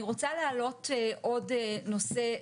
אני רוצה להעלות עוד נושא,